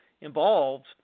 involved